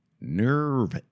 nerve